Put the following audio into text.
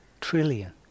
trillion